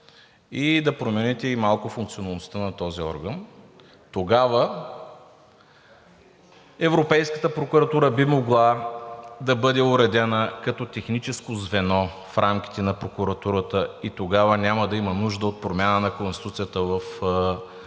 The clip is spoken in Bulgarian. и да промените и малко функционалността на този орган. Тогава Европейската прокуратура би могла да бъде уредена като техническо звено в рамките на прокуратурата и тогава няма да има нужда от промяна на Конституцията в тази глава